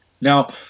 Now